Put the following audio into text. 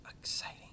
exciting